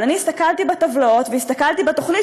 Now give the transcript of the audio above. אבל הסתכלתי בטבלאות והסתכלתי בתוכנית,